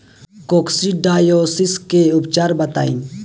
Coccidiosis के उपचार बताई?